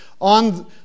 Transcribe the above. On